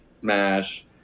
Smash